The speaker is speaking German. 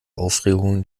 aufregung